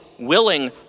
willing